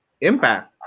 Impact